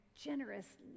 generous